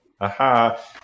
Aha